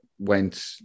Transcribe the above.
went